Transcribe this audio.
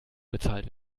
bezahlt